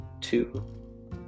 two